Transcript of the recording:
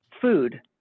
food